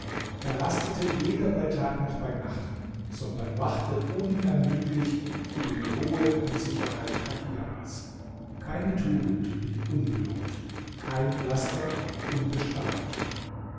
er rastete weder bei tag noch bei nacht sondern wachte unermüdlich über die ruhe und sicherheit kahirahs keine tugend blieb unbelohnt kein laster unbestraft